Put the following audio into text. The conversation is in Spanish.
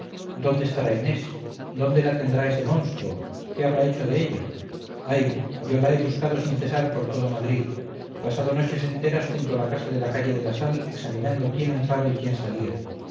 dónde estará inés dónde la tendrá ese monstruo qué habrá hecho de ella ay yo la he buscado sin cesar por todo madrid he pasado noches enteras junto a la casa de la calle de la sal examinando quién entraba y quién salía